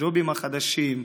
הג'ובים החדשים.